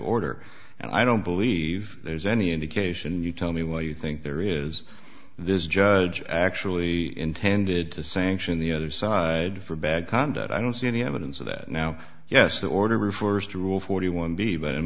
order and i don't believe there's any indication you tell me where you think there is this judge actually intended to sanction the other side for bad conduct i don't see any evidence of that now yes that order refers to rule forty one b but in